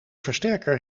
versterker